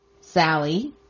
Sally